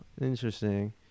interesting